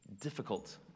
difficult